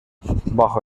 bajo